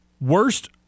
Worst